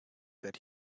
that